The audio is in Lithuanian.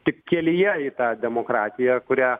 tik kelyje į tą demokratiją kurią